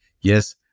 yes